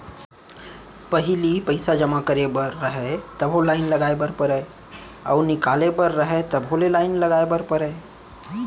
पहिली पइसा जमा करे बर रहय तभो लाइन लगाय बर परम अउ निकाले बर रहय तभो लाइन लगाय बर परय